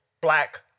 black